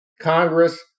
Congress